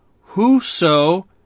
whoso